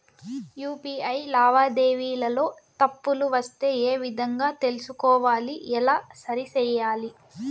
UPI లావాదేవీలలో తప్పులు వస్తే ఏ విధంగా తెలుసుకోవాలి? ఎలా సరిసేయాలి?